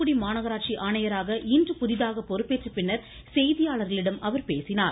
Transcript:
தூத்துக்குடி மாநகராட்சி ஆணையராக இன்று புதிதாக பொறுப்பேற்ற பின்னர் செய்தியாளர்களிடம் அவர் பேசினார்